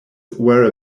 were